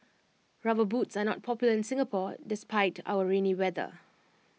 rubber boots are not popular in Singapore despite our rainy weather